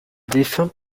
défunt